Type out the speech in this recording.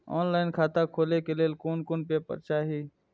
Online खाता खोले के लेल कोन कोन पेपर चाही?